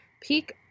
peak